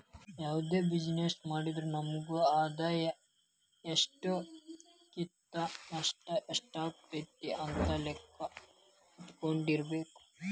ಯಾವ್ದ ಬಿಜಿನೆಸ್ಸ್ ಮಾಡಿದ್ರು ನಮಗ ಆದಾಯಾ ಎಷ್ಟಾಕ್ಕತಿ ನಷ್ಟ ಯೆಷ್ಟಾಕ್ಕತಿ ಅಂತ್ ಲೆಕ್ಕಾ ಇಟ್ಕೊಂಡಿರ್ಬೆಕು